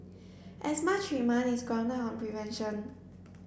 asthma treatment is grounded on prevention